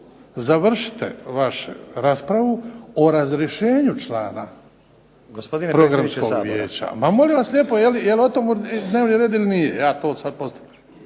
završite vašu raspravu o razrješenju člana Programskog vijeća.